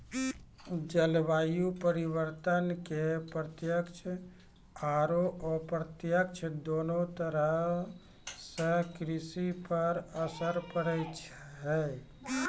जलवायु परिवर्तन के प्रत्यक्ष आरो अप्रत्यक्ष दोनों तरह सॅ कृषि पर असर पड़ै छै